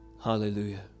Hallelujah